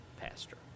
pastor